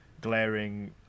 glaring